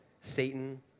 Satan